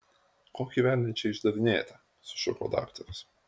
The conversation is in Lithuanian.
kokį velnią čia išdarinėjate sušuko daktaras